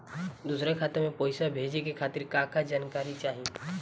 दूसर खाता में पईसा भेजे के खातिर का का जानकारी चाहि?